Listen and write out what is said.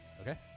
Okay